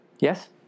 Yes